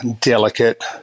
delicate